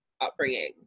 upbringing